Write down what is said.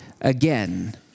again